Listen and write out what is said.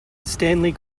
stanley